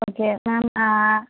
okay ma'am